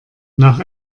nach